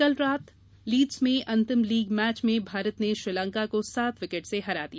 कल रात लीड्स में अंतिम लीग मैच में भारत ने श्रीलंका को सात विकेट से हरा दिया